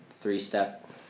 three-step